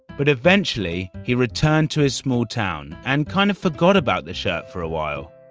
but eventually, he returned to his small town and kind of forgot about the shirt for a while.